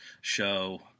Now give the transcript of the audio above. show